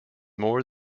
more